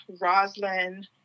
roslyn